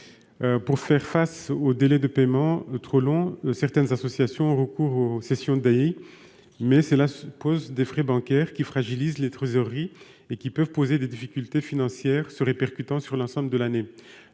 Pour faire face aux délais trop longs de paiement, certaines d'entre elles ont recours aux cessions Dailly, mais cela suppose des frais bancaires qui fragilisent encore les trésoreries et qui peuvent poser des difficultés financières se répercutant sur l'ensemble de l'année.